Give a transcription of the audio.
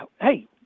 hey